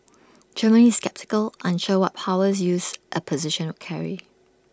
Germany is sceptical unsure what powers use A position not carry